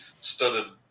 studded